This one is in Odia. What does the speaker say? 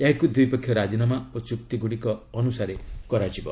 ଏହାକୁ ଦ୍ୱିପକ୍ଷୀୟ ରାଜିନାମା ଓ ଚୁକ୍ତିଗୁଡ଼ିକ ଅନୁସାରେ କରାଯିବ